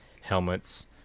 helmets